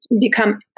become